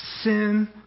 sin